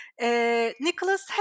Nicholas